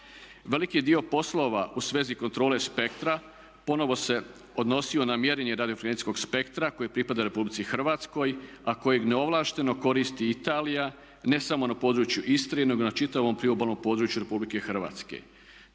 Veliki dio poslova u svezi kontrole spektra ponovno se odnosio na mjerenje radiofrekvencijskog spektra koji pripada Republici Hrvatskoj a kojeg neovlašteno koristi Italija ne samo na području Istre nego na čitavom priobalnom području Republike Hrvatske.